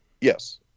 Yes